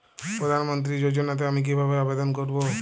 প্রধান মন্ত্রী যোজনাতে আমি কিভাবে আবেদন করবো?